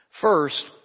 First